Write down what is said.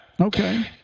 Okay